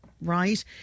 right